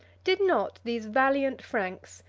did not these valiant franks,